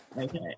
okay